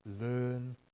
learn